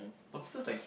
lobster like